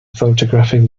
photographing